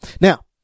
Now